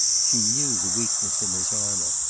she knew the weakness in his armor,